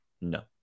No